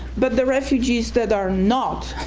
but the refugees that are not,